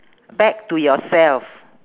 back to yourself